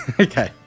Okay